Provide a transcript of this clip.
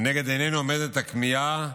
לנגד עינינו עומדת הכמיהה